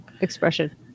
expression